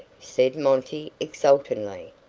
said monty, exultantly.